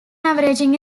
averaging